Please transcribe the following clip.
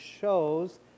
shows